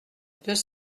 deux